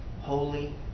holy